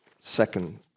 second